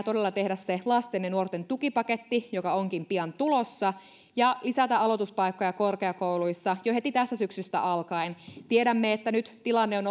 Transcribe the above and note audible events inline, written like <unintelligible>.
<unintelligible> todella tehdä se lasten ja nuorten tukipaketti joka onkin pian tulossa ja lisätä aloituspaikkoja korkeakouluissa jo heti tästä syksystä alkaen tiedämme että nyt tilanne on <unintelligible>